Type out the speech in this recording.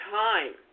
time